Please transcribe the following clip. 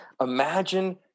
Imagine